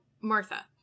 Martha